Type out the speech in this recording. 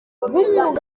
b’umwuga